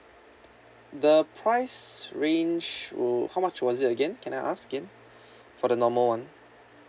the price range will how much was it again can I ask again for the normal one